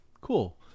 Cool